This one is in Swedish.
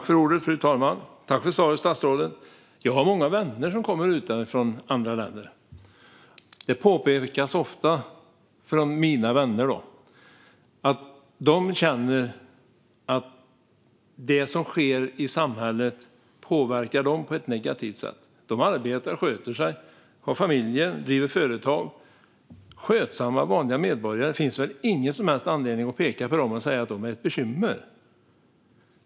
Fru talman! Tack för svaret, statsrådet! Jag har många vänner som kommer från andra länder. Det påpekas ofta från mina vänner att de känner att det som sker i samhället påverkar dem på ett negativt sätt. De arbetar och sköter sig, har familjer och driver företag. De är skötsamma vanliga medborgare. Det finns ingen som helst anledning att peka på dem och säga att de är ett bekymmer.